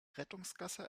rettungsgasse